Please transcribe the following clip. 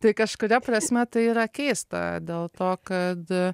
tai kažkuria prasme tai yra keista dėl to kad